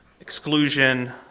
exclusion